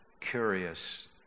curious